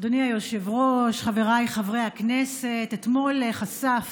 אדוני היושב-ראש, חבריי חברי הכנסת, אתמול חשף